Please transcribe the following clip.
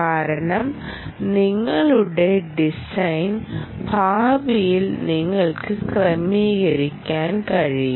കാരണം നിങ്ങളുടെ ഡിസൈൻ ഭാവിയിൽ നിങ്ങൾക്ക് ക്രമീകരിക്കാൻ കഴിയും